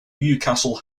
newcastle